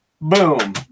Boom